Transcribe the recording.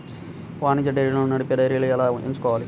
వాణిజ్య డైరీలను నడిపే డైరీని ఎలా ఎంచుకోవాలి?